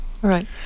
Right